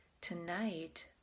tonight